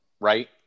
right